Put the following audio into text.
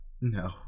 No